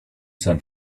san